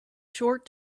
short